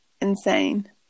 insane